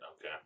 Okay